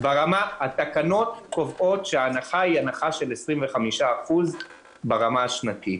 התקנות קובעות שההנחה היא של 25% ברמה השנתית.